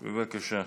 בבקשה.